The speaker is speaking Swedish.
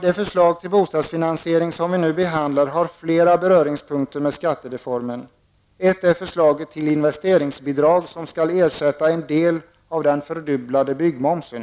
Det förslag till bostadsfinansiering som vi nu behandlar har flera beröringspunkter med skattereformen. Ett är förslaget till investeringsbidrag, som skall ersätta en del av den fördubblade byggmomsen.